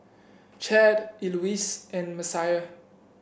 Chadd Eloise and Messiah